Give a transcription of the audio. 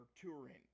touring